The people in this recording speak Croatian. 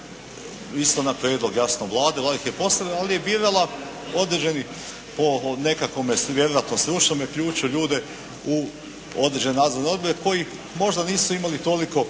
isto na prijedlog jasno Vlade, Vlada ih je postavila, ali je birala određeni, po nekakvome vjerojatno stručnome ključu ljude u određene nadzorne odbore koji možda nisu imali toliko